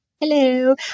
Hello